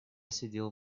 сидел